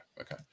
okay